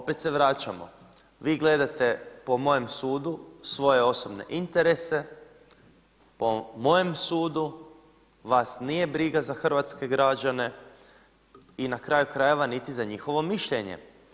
Opet se vraćamo, vi gledate po mojem sudu, svoje osobne interese, po mojem sudu vas nije briga za hrvatske građane i na kraju krajeva niti za njihovo mišljenje.